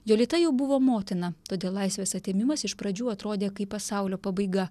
jolita jau buvo motina todėl laisvės atėmimas iš pradžių atrodė kaip pasaulio pabaiga